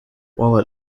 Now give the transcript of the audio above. while